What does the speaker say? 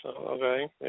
Okay